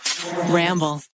Ramble